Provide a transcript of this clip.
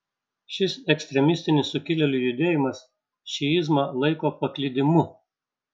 šis ekstremistinis sukilėlių judėjimas šiizmą laiko paklydimu